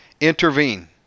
intervene